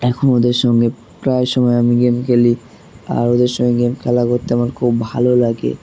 এখন ওদের সঙ্গে প্রায় সময় আমি গেম খেলি আর ওদের সঙ্গে গেম খেলা করতে আমার খুব ভালো লাগে